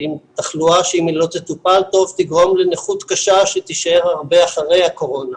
עם תחלואה שאם לא תטופל טוב תגרום לנכות קשה שתישאר הרבה אחרי הקורונה.